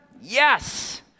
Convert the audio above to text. Yes